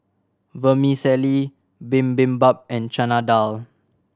Vermicelli Bibimbap and Chana Dal